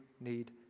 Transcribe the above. need